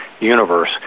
universe